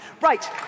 Right